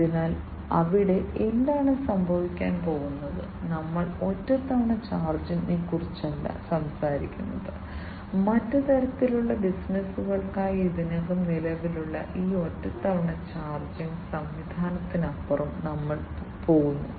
അതിനാൽ അവിടെ എന്താണ് സംഭവിക്കാൻ പോകുന്നത് ഞങ്ങൾ ഒറ്റത്തവണ ചാർജിനെക്കുറിച്ചല്ല സംസാരിക്കുന്നത് മറ്റ് തരത്തിലുള്ള ബിസിനസുകൾക്കായി ഇതിനകം നിലവിലുള്ള ഈ ഒറ്റത്തവണ ചാർജിംഗ് സംവിധാനത്തിനപ്പുറം ഞങ്ങൾ പോകുന്നു